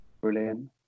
Brilliant